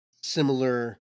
similar